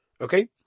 Okay